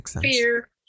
fear